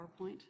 PowerPoint